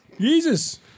Jesus